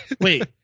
Wait